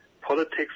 politics